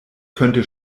könnte